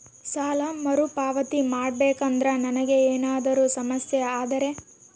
ಸಾಲ ಮರುಪಾವತಿ ಮಾಡಬೇಕಂದ್ರ ನನಗೆ ಏನಾದರೂ ಸಮಸ್ಯೆ ಆದರೆ?